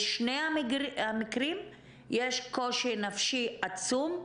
בשני המקרים יש קושי נפשי עצום,